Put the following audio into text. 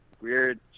weird